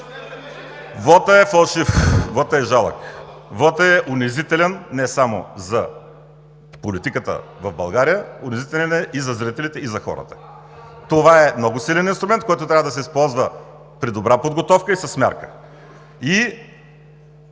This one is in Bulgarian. Вотът е фалшив, вотът е жалък, вотът е унизителен не само за политиката в България, унизителен и за зрителите, и за хората. (Реплики.) Това е много силен инструмент, който трябва да се използва при добра подготовка и с мярка.